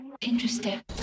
Interesting